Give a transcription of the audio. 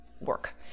work